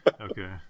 Okay